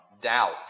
doubt